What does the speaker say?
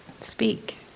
speak